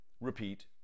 repeat